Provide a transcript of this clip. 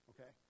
okay